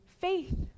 faith